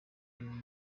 yari